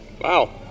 Wow